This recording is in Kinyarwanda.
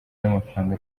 n’amafaranga